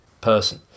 person